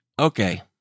Okay